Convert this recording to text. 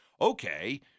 okay –